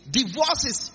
divorces